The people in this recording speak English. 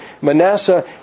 Manasseh